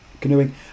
canoeing